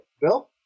Bill